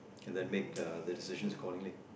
and than make the the decisions accordingly